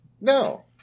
no